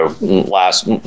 Last